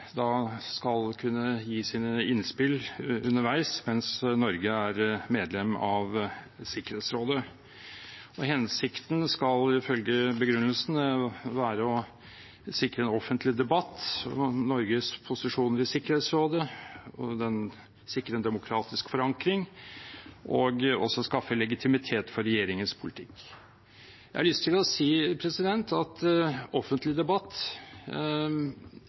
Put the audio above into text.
Stortinget skal kunne gi sine innspill underveis mens Norge er medlem av Sikkerhetsrådet. Hensikten skal ifølge begrunnelsen være å sikre en offentlig debatt om Norges posisjoner i Sikkerhetsrådet, sikre en demokratisk forankring og skaffe legitimitet for regjeringens politikk. Jeg har lyst til å si at offentlig debatt